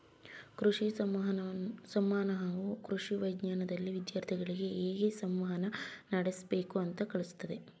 ಕೃಷಿ ಸಂವಹನವು ಕೃಷಿ ವಿಜ್ಞಾನ್ದಲ್ಲಿ ವಿದ್ಯಾರ್ಥಿಗಳಿಗೆ ಹೇಗ್ ಸಂವಹನ ನಡಸ್ಬೇಕು ಅಂತ ಕಲ್ಸತದೆ